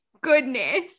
goodness